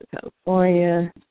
California